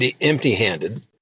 empty-handed